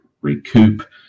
recoup